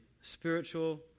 spiritual